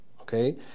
Okay